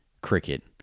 cricket